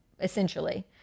essentially